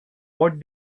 what